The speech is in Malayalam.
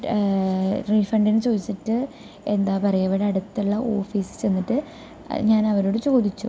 റീഫണ്ടിനു ചോദിച്ചിട്ട് എന്താ പറയുക ഇവിടെ അടുത്തുള്ള ഓഫീസിൽ ചെന്നിട്ട് ഞാൻ അവരോട് ചോദിച്ചു